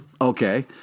Okay